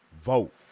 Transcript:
vote